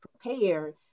prepared